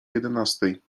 jedenastej